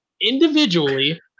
individually